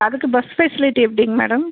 அதுக்கு bus facility எப்படிங்க madam